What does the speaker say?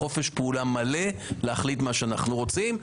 חופש פעולה מלא להחליט מה שאני רוצים.